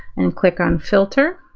and click on filter,